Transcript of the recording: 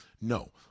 No